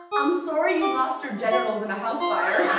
i'm sorry you lost your genitals in a house fire.